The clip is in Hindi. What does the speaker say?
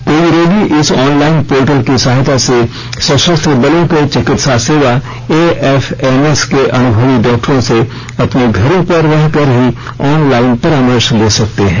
कोई भी रोगी इस ऑनलाइन पोर्टल की सहायता से सशस्त्र बलों के चिकित्सा सेवा एएफएमएस के अनुभवी डॉक्टरों से अपने घरों पर रह कर ही ऑनलाइन परामर्श ले सकते हैं